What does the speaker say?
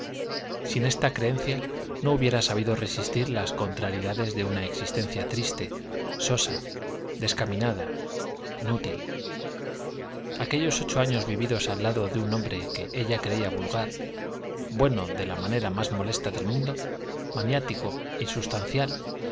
sin esta creencia no hubiera sabido resistir las contrariedades de una existencia triste sosa descaminada inútil aquellos ocho años vividos al lado de un hombre que ella creía vulgar bueno de la manera más molesta del mundo maniático insustancial